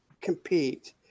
compete